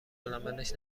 العملش